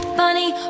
funny